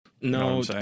No